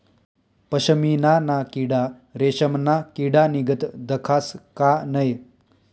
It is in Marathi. पशमीना ना किडा रेशमना किडानीगत दखास का नै